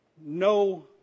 no